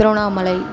Tiruvannamalai